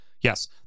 Yes